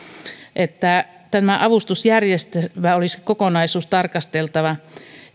että tämän avustusjärjestelmän kokonaisuutta olisi tarkasteltava